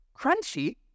Crunchy